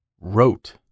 wrote